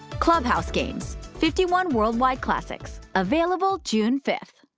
clubhouse games fifty one worldwide classics. available june fifth.